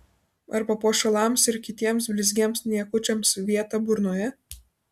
ar papuošalams ir kitiems blizgiems niekučiams vieta burnoje